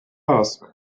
ask